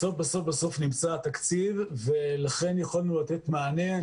בסוף נמצא התקציב ולכן יכולנו לתת מענה.